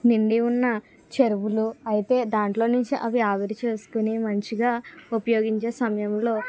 నిండి ఉన్న చెరువులో అయితే దాంట్లో నుంచి అవి ఆవిరి చేసుకుని మంచిగా ఉపయోగించే సమయంలో